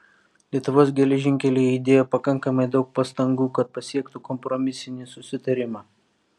lietuvos geležinkeliai įdėjo pakankamai daug pastangų kad pasiektų kompromisinį susitarimą